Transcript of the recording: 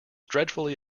dreadfully